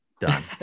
Done